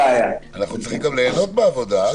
יש טקס, אנחנו צריכים גם ליהנות בעבודה.